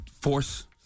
force